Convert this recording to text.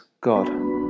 God